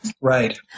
Right